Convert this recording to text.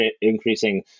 increasing